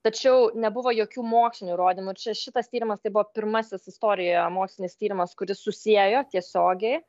tačiau nebuvo jokių mokslinių įrodymų čia šitas tyrimas tai buvo pirmasis istorijoje mokslinis tyrimas kuris susiejo tiesiogiai